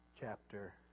chapter